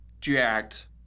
jacked